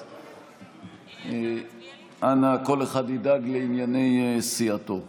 אז אנא, כל אחד ידאג לענייני סיעתו.